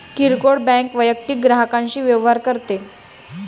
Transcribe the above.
किरकोळ बँक वैयक्तिक ग्राहकांशी व्यवहार करते